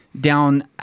down